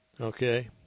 Okay